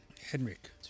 Henrik